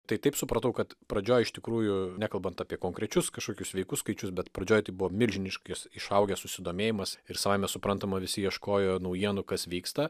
tai taip supratau kad pradžioj iš tikrųjų nekalbant apie konkrečius kažkokius sveikus skaičius bet pradžioj tai buvo milžiniškas išaugęs susidomėjimas ir savaime suprantama visi ieškojo naujienų kas vyksta